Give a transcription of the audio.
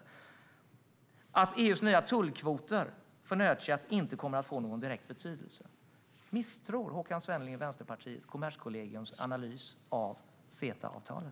Dessutom menar man att EU:s nya tullkvoter för nötkött inte kommer att få någon direkt betydelse. Misstror Håkan Svenneling och Vänsterpartiet Kommerskollegiums analys av CETA-avtalet?